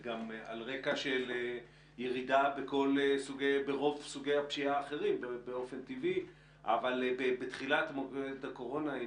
גם על רקע של ירידה ברוב סוגי הפשיעה האחרים אבל בתחילת מועד הקורונה,